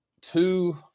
two